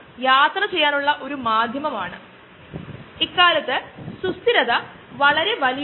നിങ്ങൾക്ക് അത് പോയി നോക്കാവുന്നതാണ് അതായത് ഇൻസുലിന്റെ പ്രസക്തി അറിയുന്നതിനായി ഇൻസുലിന്റെ ഉൽപാദനം ഒരു ബയോപ്രോസസ്സിലൂടെ അറിയാനും അതുപോലെ ഉള്ളവയും